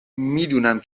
میدونم